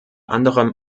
anderem